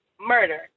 murder